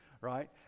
right